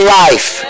life